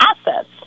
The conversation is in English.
assets